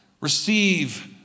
Receive